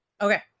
Okay